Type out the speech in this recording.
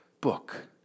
book